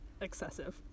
excessive